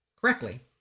correctly